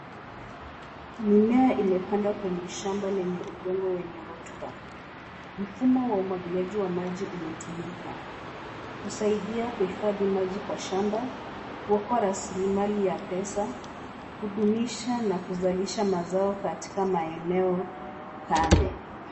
Mimea imepandwa kwenye shamba lenye udongo wenye rotuba. Mfumo wa umwagiliaji wa maji umetumika kusaidia kuhifadhi maji kwa shamba, kuokoa rasilimali ya pesa, kudumisha na kuzalisha mazao katika maeneo kame.